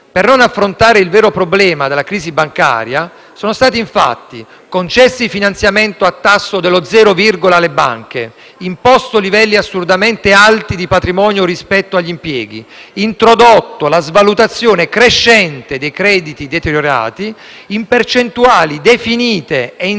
Per non affrontare il vero problema della crisi bancaria sono stati, infatti, concessi finanziamenti a un tasso dello zero virgola alle banche e imposti livelli assolutamente alti di patrimonio rispetto agli impieghi; è stata introdotta inoltre la svalutazione crescente dei crediti deteriorati in percentuali definite e in